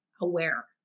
aware